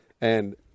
And-